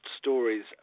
stories